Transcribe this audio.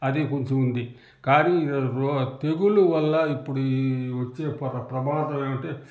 అదీ కొంచముంది కానీ తెగుళ్ళు వల్ల ఇప్పుడు ఈ వచ్చే పొర ప్రమాదం ఏమంటే